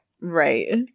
Right